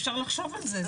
אפשר לחשוב על זה.